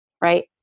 right